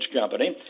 Company